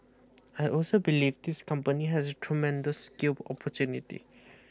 I also believe this company has tremendous scale opportunity